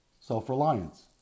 Self-reliance